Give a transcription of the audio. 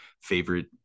favorite